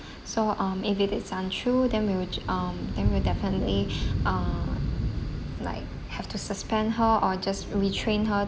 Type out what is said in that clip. so um if it is untrue then we will j~ um then we'll definitely uh like have to suspend her or just retrain her